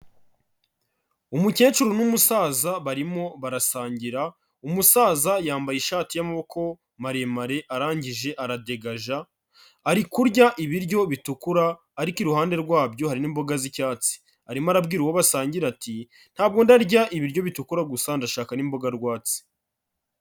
Umukecuru n'umusaza barimo barasangira, umusaza yambaye ishati y'amaboko maremare arangije aradegaja, ari kurya ibiryo bitukura ariko iruhande rwabyo hari n'imboga z'icyatsi. Arimo arabwira uwo basangira ati "Ntabwo ndarya ibiryo bitukura gusa, ndashaka n'imboga rwatsi."